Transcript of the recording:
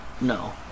No